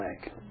make